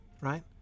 right